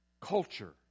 culture